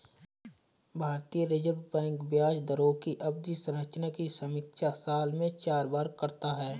भारतीय reserve bank ब्याज दरों की अवधि संरचना की समीक्षा साल में चार बार करता है